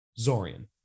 Zorian